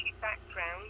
background